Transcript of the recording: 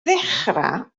ddechrau